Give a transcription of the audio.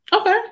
Okay